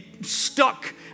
stuck